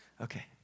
Okay